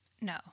No